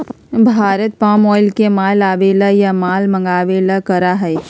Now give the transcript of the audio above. Bharat palm oil के माल आवे ला या माल मंगावे ला करा हई